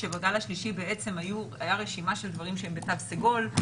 כשבגל השלישי בעצם הייתה רשימה של דברים שהם בתו סגול,